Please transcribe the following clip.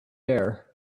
air